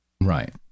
Right